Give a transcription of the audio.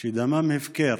שדמם הפקר